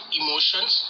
emotions